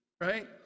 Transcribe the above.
right